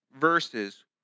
verses